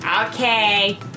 Okay